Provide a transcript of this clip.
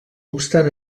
obstant